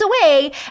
away